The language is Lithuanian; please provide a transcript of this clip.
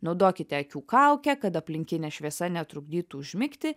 naudokite akių kaukę kad aplinkinė šviesa netrukdytų užmigti